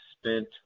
spent